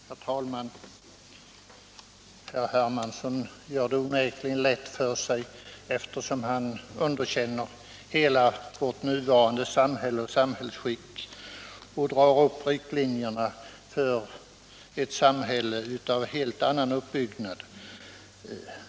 Herr talman! Herr Hermansson gör det onekligen lätt för sig, eftersom han underkänner hela vårt nuvarande samhälle och samhällsskick och drar upp riktlinjerna för ett samhälle av en helt annan uppbyggnad.